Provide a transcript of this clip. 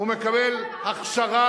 הוא מקבל הכשרה